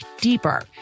deeper